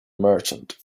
merchant